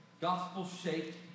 Gospel-shaped